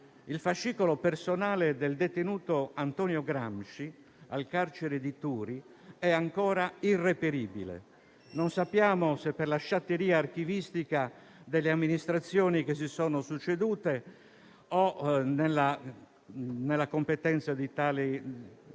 Il fascicolo personale del detenuto Antonio Gramsci al carcere di Turi è ancora irreperibile, non sappiamo se per la sciatteria archivistica delle amministrazioni che si sono succedute nella gestione delle